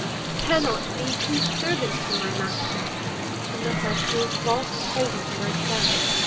but cannot be true servant to my master unless i prove false traitor to myself.